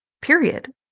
period